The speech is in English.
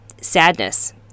sadness